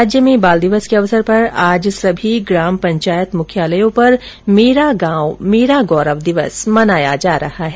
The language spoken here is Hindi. राज्य में बाल दिवस के अवसर पर आज सभी ग्राम पंचायत मुख्यालयों पर मेरा गांव मेरा गौरव दिवस मनाया जा रहा है